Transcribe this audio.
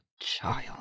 child